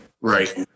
Right